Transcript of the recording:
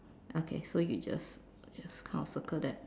okay so you just just kind of circle that